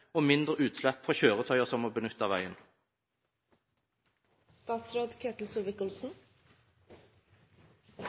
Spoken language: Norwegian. og mindre utslipp fra kjøretøyene som må benytte